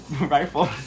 rifle